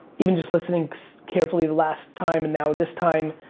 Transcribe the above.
even just listening carefully the last time, and now this time.